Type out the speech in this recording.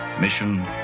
mission